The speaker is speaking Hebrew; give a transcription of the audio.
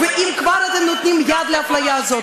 ואם כבר אתם נותנים יד לאפליה הזאת,